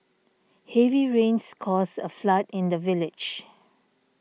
heavy rains caused a flood in the village